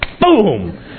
boom